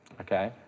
okay